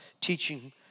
teaching